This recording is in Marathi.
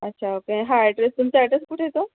अच्छा पे हा अॅड्रेस तुमचा अॅड्रेस कुठं येतो